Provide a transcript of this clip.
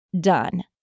done